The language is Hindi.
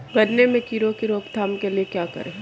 गन्ने में कीड़ों की रोक थाम के लिये क्या करें?